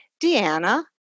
Deanna